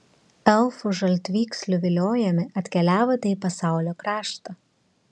elfų žaltvykslių viliojami atkeliavote į pasaulio kraštą